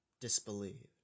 disbelieved